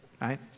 right